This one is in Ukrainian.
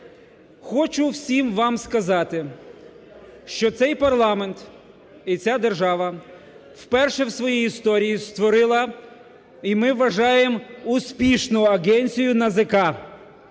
Хочу всім вам сказати, що цей парламент і ця держава вперше у своїй історії створила, і ми вважаємо, успішну агенцію НАЗК,